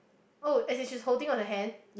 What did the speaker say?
oh as in she's holding on her hand